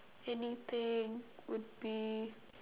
anything would be